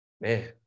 Man